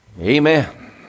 Amen